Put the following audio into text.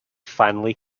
finally